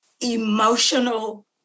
emotional